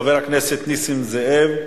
חבר הכנסת נסים זאב,